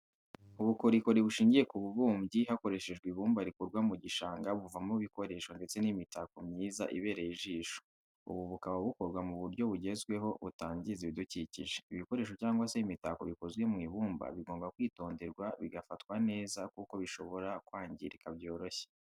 Ubukorikori bushingiye ku bubumbyi hakoreshejwe ibumba rikurwa mu gishanga buvamo ibikoresho ndetse n'imitako myiza ibereye ijisho, ubu bukaba bukorwa mu buryo bugezweho butangiza ibidukikije, ibikoresho cyangwa se imitako bikozwe mu ibumba bigomba kwitonderwa bigafatwa neza kuko bishobora kwangirika byoroshye.